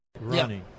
running